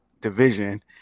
division